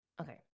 Okay